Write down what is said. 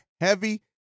heavy